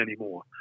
anymore